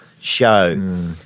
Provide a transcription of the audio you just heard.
show –